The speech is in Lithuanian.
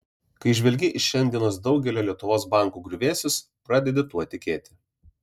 kai žvelgi į šiandienos daugelio lietuvos bankų griuvėsius pradedi tuo tikėti